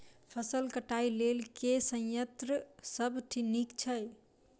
फसल कटाई लेल केँ संयंत्र सब नीक छै?